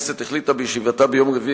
הכנסת החליטה בישיבתה ביום רביעי,